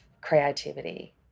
creativity